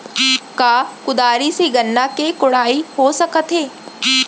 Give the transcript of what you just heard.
का कुदारी से गन्ना के कोड़ाई हो सकत हे?